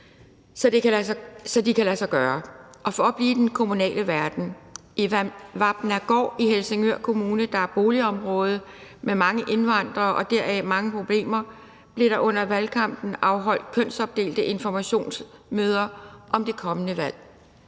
så det kan lade sig gøre. For at blive i den kommunale verden blev der i Vapnagaard, der er et boligområde i Helsingør Kommune med mange indvandrere og deraf mange problemer, under valgkampen afholdt kønsopdelte informationsmøder om det kommende valg: